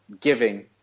giving